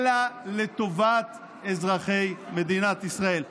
אלא לטובת אזרחי מדינת ישראל.